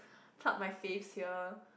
pluck my faves here